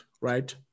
right